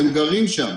הם גרים שם.